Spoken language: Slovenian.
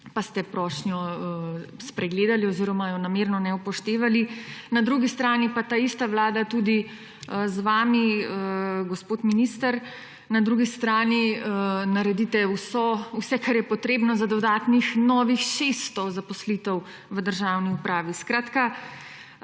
pa ste prošnjo spregledali oziroma je namerno niste upoštevali. Na drugi strani pa ta ista vlada tudi z vami, gospod minister, naredi vse, kar je potrebno, za dodatnih novih 600 zaposlitev v državni upravi. Po